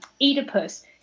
Oedipus